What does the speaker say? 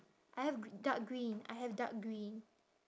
I have gr~ dark green I have dark green